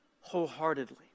wholeheartedly